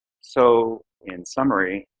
so in summary,